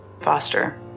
foster